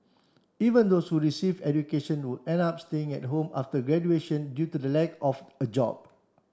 even those who receive education would end up staying at home after graduation due to the lack of a job